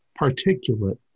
particulate